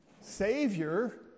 Savior